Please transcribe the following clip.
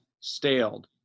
staled